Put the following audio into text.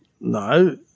no